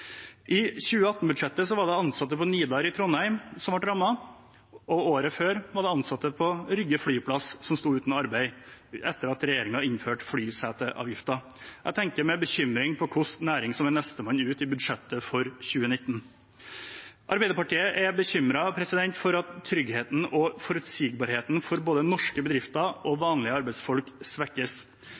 I 2018-budsjettet var det ansatte på Nidar i Trondheim som ble rammet. Året før var det ansatte på Rygge flyplass som sto uten arbeid etter at regjeringen innførte flyseteavgiften. Jeg tenker med bekymring på hvilken næring som er nestemann ut i budsjettet for 2019. Arbeiderpartiet er bekymret for at tryggheten og forutsigbarheten for både norske bedrifter og vanlige arbeidsfolk svekkes.